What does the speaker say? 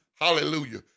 Hallelujah